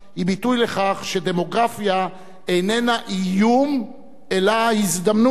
היא ביטוי לכך שדמוגרפיה איננה איום אלא הזדמנות,